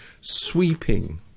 sweeping